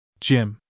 Jim